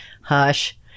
Hush